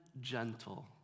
gentle